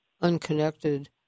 unconnected